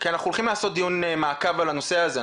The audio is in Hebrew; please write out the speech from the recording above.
כי אנחנו הולכים לעשות דיון מעקב על הנושא הזה,